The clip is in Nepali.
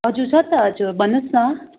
हजुर छ त हजुर भन्नोस् न